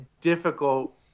Difficult